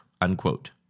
unquote